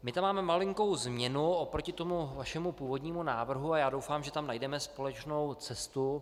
My tam máme malinkou změnu oproti vašemu původnímu návrhu a já doufám, že tam najdeme společnou cestu.